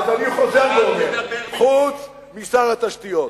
אז אני חוזר ואומר, חוץ משר התשתיות.